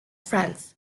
friends